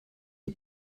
die